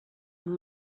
amb